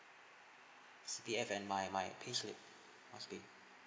C_P_F and my my payslip